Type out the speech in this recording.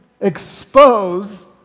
expose